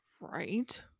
Right